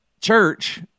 church